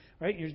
Right